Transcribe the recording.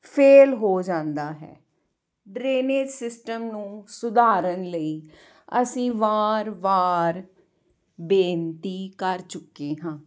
fail ਹੋ ਜਾਂਦਾ ਹੈ ਡਰੇਨੇਜ ਸਿਸਟਮ ਨੂੰ ਸੁਧਾਰਨ ਲਈ ਅਸੀਂ ਵਾਰ ਵਾਰ ਬੇਨਤੀ ਕਰ ਚੁੱਕੇ ਹਾਂ